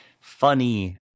funny